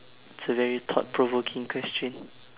it's a very thought-provoking question